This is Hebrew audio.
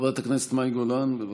חברת הכנסת מאי גולן, בבקשה.